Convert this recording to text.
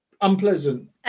unpleasant